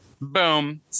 Boom